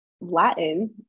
Latin